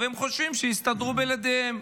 והם חושבים שיסתדרו בלעדיהם.